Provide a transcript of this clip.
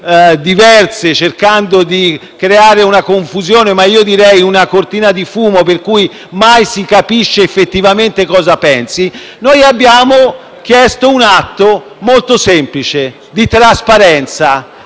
diverse e cercando di creare una confusione, o piuttosto una cortina di fumo per cui mai si capisce effettivamente cosa pensi, noi abbiamo chiesto un atto molto semplice di trasparenza,